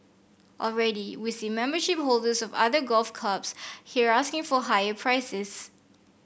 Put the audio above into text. already we see membership holders of other golf clubs here asking for higher prices